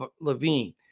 Levine